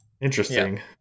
interesting